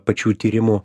pačių tyrimų